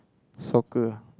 soccer